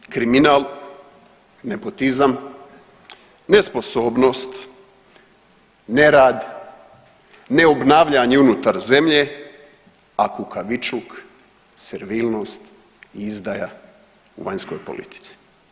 Ukratko, kriminal, nepotizam, nesposobnost, nerad, ne obnavljanje unutar zemlje, a kukavličluk, servilnost, izdaja u vanjskoj politici.